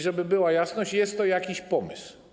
Żeby była jasność: jest to jakiś pomysł.